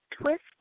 twist